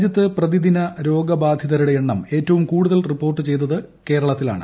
രാജ്യത്ത് പ്രതിദിന രോഗബാധിതരുടെ എണ്ണം ഏറ്റവും കൂടുതൽ റിപ്പോർട്ട് ചെയ്തത് കേരളത്തിലാണ്